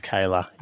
Kayla